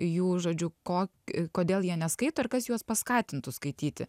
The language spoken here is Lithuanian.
jų žodžiu ko i kodėl jie neskaito ir kas juos paskatintų skaityti